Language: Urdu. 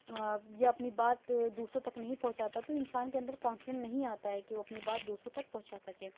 یا اپنی بات دوسروں تک نہیں پہنچاتا تو انسان کے اندر کانفیڈینس نہیں آتا ہے کہ وہ اپنی بات دوسروں تک پہنچا سکے